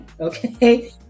okay